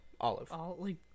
Olive